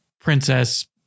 princess